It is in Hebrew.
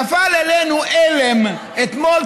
נפל עלינו אלם אתמול,